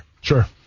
Sure